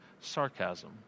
sarcasm